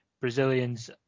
Brazilians